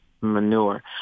manure